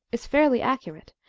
is fairly accurate,